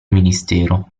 ministero